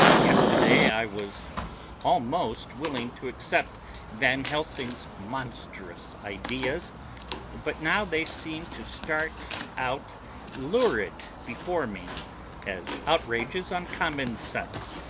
yesterday i was almost willing to accept van helsing's monstrous ideas but now they seem to start out lurid before me as outrages on common sense.